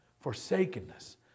forsakenness